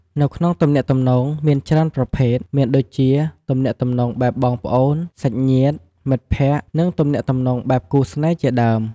នៅក្នុងទំនាក់ទំនងមានច្រើនប្រភេទ មានដូចជាទំនាក់ទំនងបែបបងប្អូន សាច់ញាតិ មិត្តភក្តិ និងទំនាក់ទំនងបែបគូរស្នេហ៍ជាដើម។